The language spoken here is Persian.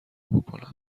بکنم